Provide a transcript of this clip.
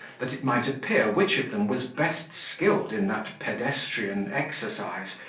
that it might appear which of them was best skilled in that pedestrian exercise,